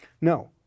No